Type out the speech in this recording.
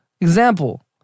Example